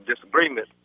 disagreement